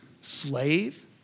Slave